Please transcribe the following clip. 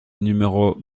numéros